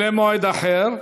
למועד אחר,